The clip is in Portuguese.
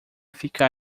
ficar